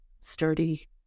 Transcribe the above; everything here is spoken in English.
sturdy